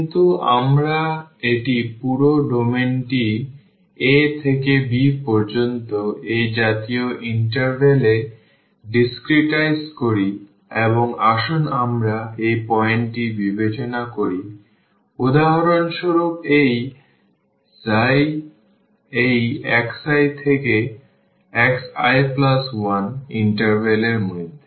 কিন্তু আমরা এটি পুরো ডোমেইনটি a থেকে b পর্যন্ত এই জাতীয় ইন্টারভ্যাল এ ডিসক্রেটাইজ করেছি এবং আসুন আমরা এই পয়েন্টটি বিবেচনা করি উদাহরণ স্বরূপ এই i এই xi থেকে xi1 ইন্টারভ্যাল এর মধ্যে